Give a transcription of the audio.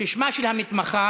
ששמה של המתמחה